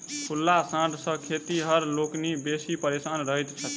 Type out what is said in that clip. खुल्ला साँढ़ सॅ खेतिहर लोकनि बेसी परेशान रहैत छथि